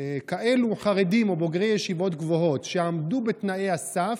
כאלו חרדים או בוגרי ישיבות גבוהות שעמדו בתנאי הסף,